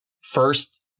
first